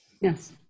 Yes